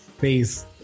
Peace